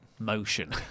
motion